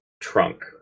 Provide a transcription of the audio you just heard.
trunk